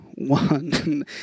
one